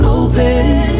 open